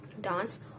Dance